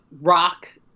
rock